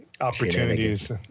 Opportunities